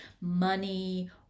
money